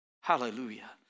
Hallelujah